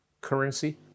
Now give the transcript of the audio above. currency